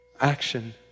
Action